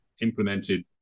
implemented